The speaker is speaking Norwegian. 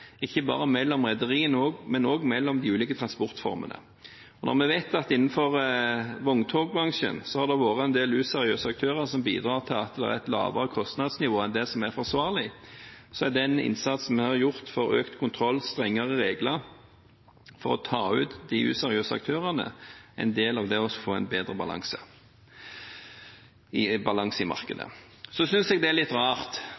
ikke bare mellom rederiene, men også mellom de ulike transportformene. Når vi vet at det innenfor vogntogbransjen har vært en del useriøse aktører som bidrar til et lavere kostnadsnivå enn det som er forsvarlig, er den innsatsen vi har gjort for økt kontroll og strengere regler for å ta ut de useriøse aktørene, en del av arbeidet for en bedre balanse i markedet. Jeg synes det er litt rart